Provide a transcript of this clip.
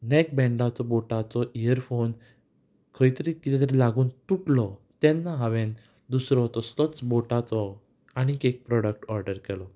नॅकबँडाचो बोटाचो इयरफोन खंय तरी कितें तरी लागून तुटलो तेन्ना हांवें दुसरो तसलोच बोटाचो आनीक एक प्रोडक्ट ऑर्डर केलो